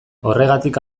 horregatik